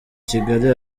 kigali